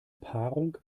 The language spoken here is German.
paarung